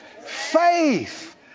faith